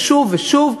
ושוב ושוב,